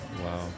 Wow